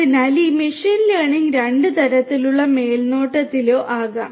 അതിനാൽ ഈ machine learning രണ്ട് തരത്തിലുള്ള മേൽനോട്ടത്തിലോ ആകാം